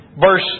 verse